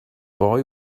boy